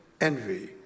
envy